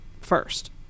first